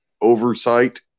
oversight